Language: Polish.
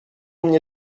mnie